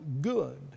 good